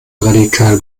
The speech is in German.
radikal